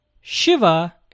Shiva